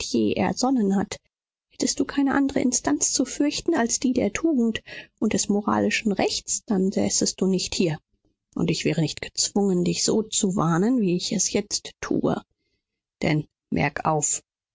ersonnen hat hättest du keine andre instanz zu fürchten als die der tugend und des moralischen rechts dann säßest du nicht hier und ich wäre nicht gezwungen dich so zu warnen wie ich es jetzt tue denn merk auf